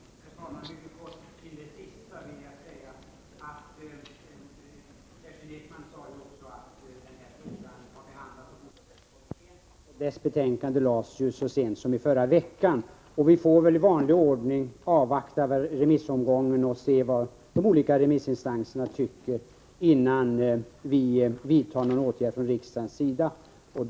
Herr talman! Till det sista: Kerstin Ekman sade ju också att den här frågan har behandlats i bostadsrättskommittén, och dess betänkande lades så sent som i förra veckan. Vi får väl i vanlig ordning avvakta remissomgången och se vad de olika remissinstanserna tycker, innan vi vidtar någon åtgärd från riksdagens sida.